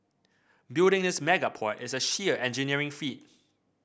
building this mega port is a sheer engineering feat